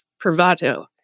Privato